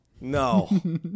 No